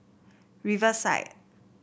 Riverside